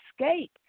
escape